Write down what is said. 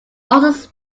also